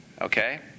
Okay